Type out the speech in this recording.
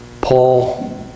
Paul